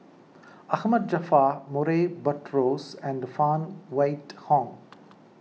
Ahmad Jaafar Murray Buttrose and Phan Wait Hong